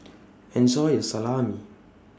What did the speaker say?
Enjoy your Salami